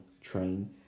train